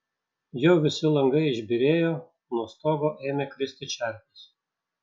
jau visi langai išbyrėjo nuo stogo ėmė kristi čerpės